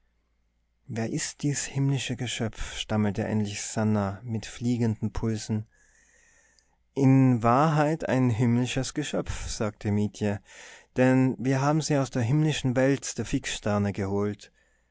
wer ist dies himmlische geschöpf stammelte endlich sannah mit fliegenden pulsen in wahrheit ein himmlisches geschöpf sagte mietje denn wir haben sie aus der himmlischen welt der fixsterne geholt